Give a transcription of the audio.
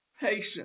patience